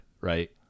right